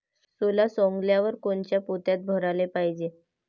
सोला सवंगल्यावर कोनच्या पोत्यात भराले पायजे?